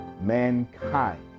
Mankind